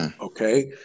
Okay